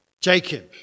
Jacob